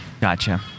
Gotcha